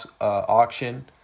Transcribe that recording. auction